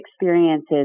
experiences